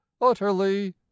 utterly